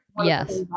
yes